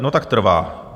No, tak trvá?